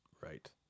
Right